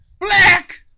Black